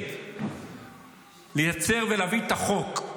שמתנגד לייצר ולהביא את החוק,